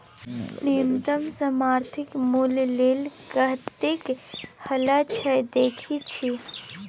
न्युनतम समर्थित मुल्य लेल कतेक हल्ला छै देखय छी